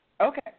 Okay